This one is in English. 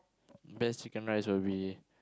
best chicken rice will be